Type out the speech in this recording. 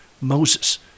Moses